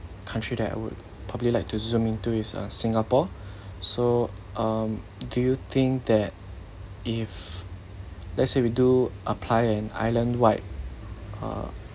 country that I would probably like to zoom in to is uh singapore so um do you think that if let's say we do apply an island wide uh